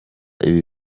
ibi